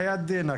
בחייאת דינאק,